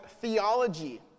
theology